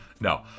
No